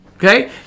Okay